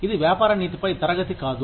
ఇది వ్యాపార నీతిపై తరగతి కాదు